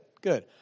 good